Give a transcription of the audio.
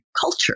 Culture